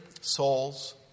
souls